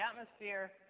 atmosphere